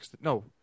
No